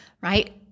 right